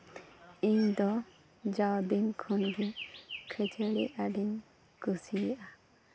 ᱤᱧᱫᱚ ᱡᱟᱣ ᱫᱤᱱ ᱠᱷᱚᱱᱜᱮ ᱠᱷᱟᱹᱡᱟᱹᱲᱤ ᱟᱹᱰᱤᱧ ᱠᱩᱥᱤᱭᱟᱜᱼᱟ